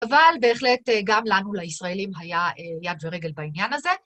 אבל בהחלט גם לנו, לישראלים, היה יד ורגל בעניין הזה.